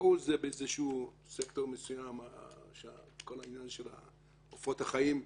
ברור שזה בסקטור מסוים כל העניין של העופות החיים.